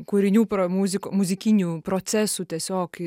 kūrinių pra muzik muzikinių procesų tiesiog